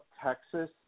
Texas